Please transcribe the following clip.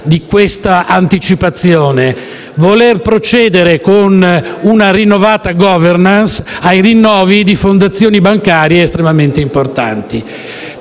di questa anticipazione: voler procedere con una rinnovata *governance* ai rinnovi di fondazioni bancarie estremamente importanti.